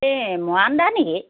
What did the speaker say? এই মৰাণদা নেকি